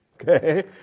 okay